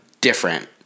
different